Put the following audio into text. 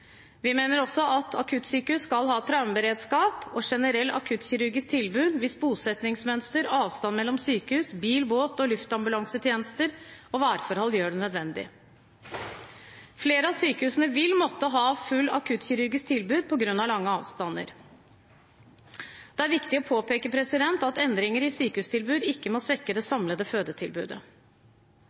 Vi mener også at akuttsykehus skal ha traumeberedskap og generelt akuttkirurgisk tilbud hvis bosettingsmønster, avstand mellom sykehus, bil-, båt- og luftambulansetjenester og værforhold gjør det nødvendig. Flere av sykehusene vil måtte ha full akuttkirurgisk tilbud på grunn av lange avstander. Det er viktig å påpeke at endringer i sykehustilbud ikke må svekke det samlede fødetilbudet.